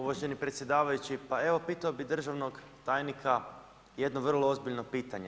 Uvaženi predsjedavajući, pa evo, pitao bi državnog tajnika, jedno vrlo ozbiljno pitanje.